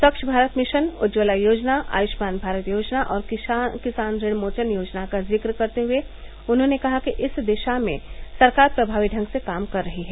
स्वच्छ भारत मिशन उज्ज्वला योजना आयुष्मान भारत योजना और किसान ऋण मोचन योजना का ज़िक्र करते हुए उन्होंने कहा कि इस दिशा में सरकार प्रमावी ढंग से काम कर रही है